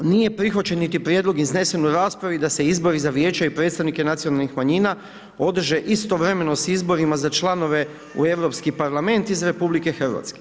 Nije prihvaćen niti prijedlog iznesen u raspravi da se izbori za vijeća i predstavnike nacionalnih manjina održe istovremeno s izborima za članove u Europski parlament iz RH.